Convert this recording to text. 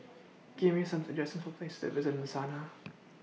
Give Me Some suggestions For Places to visit in Sanaa